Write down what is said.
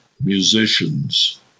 musicians